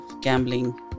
gambling